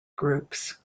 groups